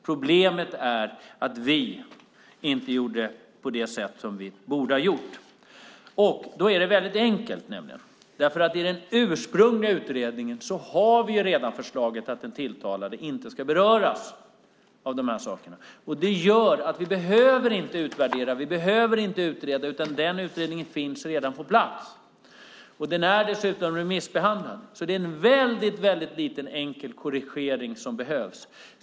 Problemet är att vi inte gjorde på det sätt som vi borde ha gjort. Då är det väldigt enkelt därför att vi i den ursprungliga utredningen redan har förslaget att den tilltalade inte ska beröras av dessa saker. Det gör att vi inte behöver utvärdera och att vi inte behöver utreda. Denna utredning finns redan på plats. Den är dessutom remissbehandlad. Det är därför en liten enkel korrigering som behövs.